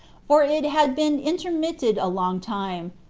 for it had been intermitted a long time,